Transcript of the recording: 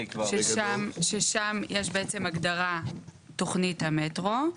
ששם יש בעצם הגדרת תוכנית המטרו,